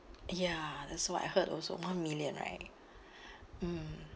ya that's what I heard also one million right